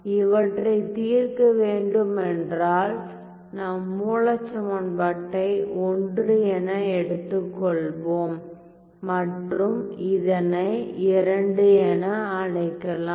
இவற்றை தீர்க்க வேண்டுமென்றால் நாம் மூலச் சமன்பாட்டை I என எடுத்துக்கொள்வோம் மற்றும் இதனை II என அழைக்கலாம்